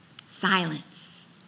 silence